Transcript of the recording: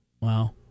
Wow